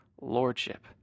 lordship